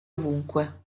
ovunque